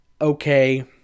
okay